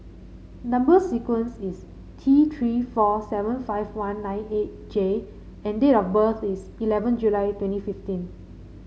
number sequence is T Three four seven five one nine eight J and date of birth is eleven July twenty fifteen